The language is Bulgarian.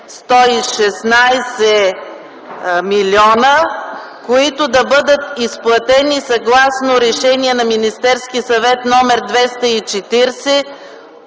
116 млн. лв., които да бъдат изплатени съгласно Решение на Министерския съвет № 240